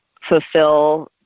fulfill